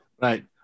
Right